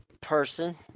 person